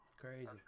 crazy